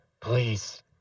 please